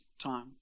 time